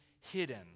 hidden